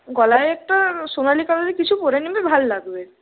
গলায় একটা সোনালী কালারের কিছু পরে নিবি ভাল লাগবে